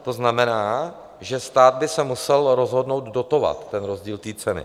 To znamená, že stát by se musel rozhodnout dotovat rozdíl ceny.